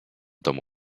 domu